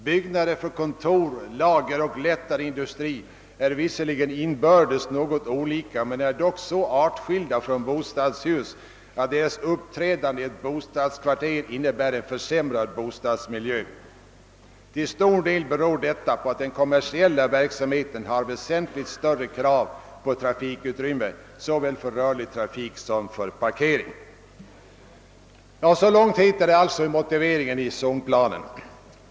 Byggnader för kontor, lager och lättare industri är visserligen inbördes något olika men är dock så artskilda från bostadshus, att deras uppträdande i ett bostadskvarter innebär en försämrad bostadsmiljö. Till stor del beror detta på att den kommersiella verksamheten har väsentligt större krav på trafikutrymme såväl för rörlig trafik som för parkering.» Så heter det alltså i motiveringen för zonplanen.